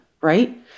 right